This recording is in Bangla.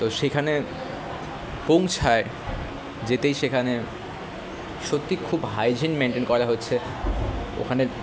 তো সেখানে পৌঁছায় যেতেই সেখানে সত্যিই খুব হাইজিন মেন্টেন করা হচ্ছে ওখানে